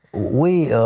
we